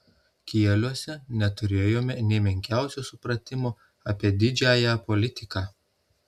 kieliuose neturėjome nė menkiausio supratimo apie didžiąją politiką